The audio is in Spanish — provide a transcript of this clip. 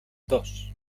dos